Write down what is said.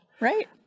right